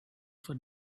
for